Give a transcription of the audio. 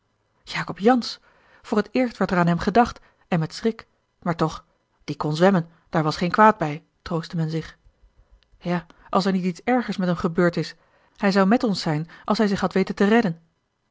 jacob jansz voor t eerst werd er aan hem gedacht en met schrik maar toch die kon zwemmen daar was geen kwaad bij troostte men zich ja als er niet iets ergers met hem gebeurd is hij zou met ons zijn als hij zich had weten te redden